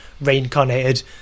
reincarnated